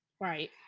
Right